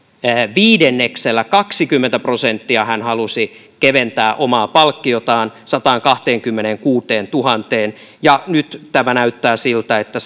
viidenneksellä kaksikymmentä prosenttia hän halusi keventää omaa palkkiotaan sataankahteenkymmeneenkuuteentuhanteen ja nyt tämä näyttää siltä että